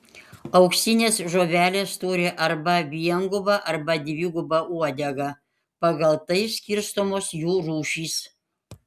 auksinės žuvelės turi arba viengubą arba dvigubą uodegą pagal tai skirstomos jų rūšys